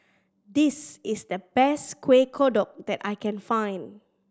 this is the best Kuih Kodok that I can find